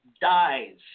dies